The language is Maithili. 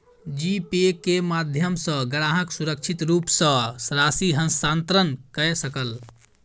जी पे के माध्यम सॅ ग्राहक सुरक्षित रूप सॅ राशि हस्तांतरण कय सकल